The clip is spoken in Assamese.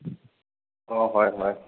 অঁ হয় হয়